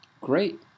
great